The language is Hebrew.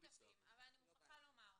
שותפים, אבל אני מוכרחה לומר,